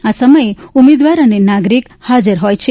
આ સમયે ઉમેદવાર અને નાગરિક હાજર હોય છે